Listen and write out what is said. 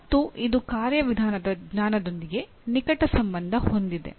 ಮತ್ತು ಇದು ಕಾರ್ಯವಿಧಾನದ ಜ್ಞಾನದೊಂದಿಗೆ ನಿಕಟ ಸಂಬಂಧ ಹೊಂದಿದೆ